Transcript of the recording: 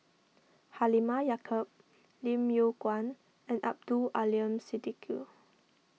Halimah Yacob Lim Yew Kuan and Abdul Aleem Siddique